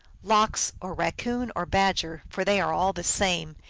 lox, or raccoon, or badger, for they are all the same,